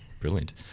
Brilliant